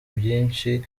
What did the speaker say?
byinshi